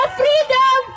freedom